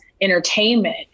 entertainment